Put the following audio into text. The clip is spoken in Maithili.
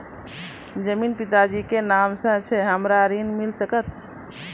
जमीन पिता जी के नाम से छै हमरा के ऋण मिल सकत?